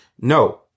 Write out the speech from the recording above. No